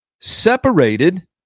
separated